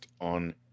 on